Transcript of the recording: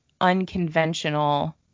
unconventional